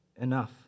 enough